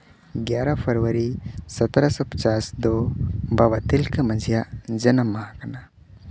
ᱮᱹᱜᱟᱨᱚ February ᱥᱚᱛᱨᱚ ᱥᱚ ᱯᱚᱪᱟᱥ ᱫᱚ ᱵᱟᱵᱟ ᱛᱤᱞᱠᱟᱹ ᱢᱟᱹᱡᱷᱤᱭᱟᱜ ᱡᱟᱱᱟᱢ ᱢᱟᱦᱟ ᱠᱟᱱᱟ